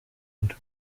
und